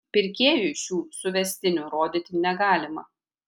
pirkėjui šių suvestinių rodyti negalima